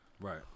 Right